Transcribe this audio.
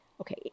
okay